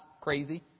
crazy